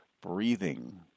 breathing